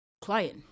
client